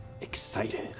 Excited